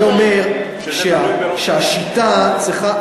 אני אומר שהשיטה צריכה,